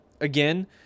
Again